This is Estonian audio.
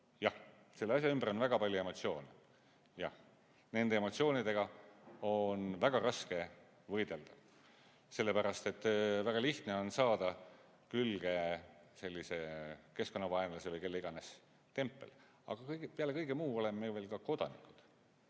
Jah, selle asja ümber on väga palju emotsioone. Jah, nende emotsioonidega on väga raske võidelda, sellepärast et väga lihtne on saada külge keskkonnavaenlase või kelle iganes tempel. Aga peale kõige muu oleme veel ka kodanikud